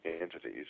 entities